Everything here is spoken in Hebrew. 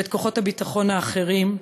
ואת כוחות הביטחון האחרים,